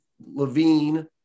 Levine